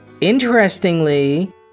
Interestingly